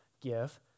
give